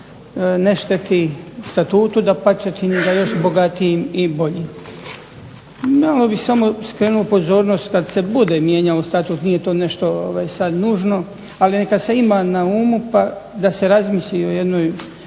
ne šteti Statutu, dapače, čini ga boljim. Malo bih samo skrenuo pozornost, kada se bude mijenjao Statut, nije to nužno ali neka se ima na umu, da se razmisli o jednoj